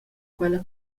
quella